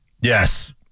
Yes